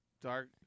Dark